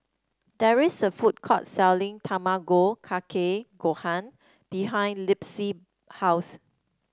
there is a food court selling Tamago Kake Gohan behind Libby's house